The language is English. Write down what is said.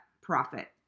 profit